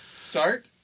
Start